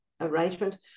arrangement